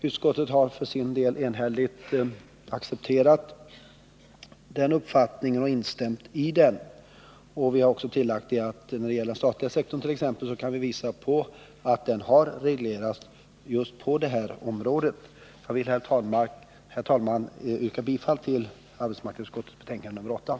Utskottet har för sin del enhälligt accepterat den meningen och instämt i den. Vi har tillagt att vi kan visa på att den statliga sektorn har reglerats just på detta område. Herr talman! Jag yrkar bifall till arbetsmarknadsutskottets hemställan.